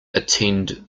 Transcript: attend